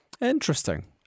Interesting